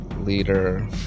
leader